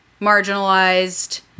marginalized